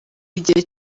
igihe